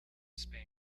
spain